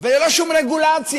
וללא שום רגולציה.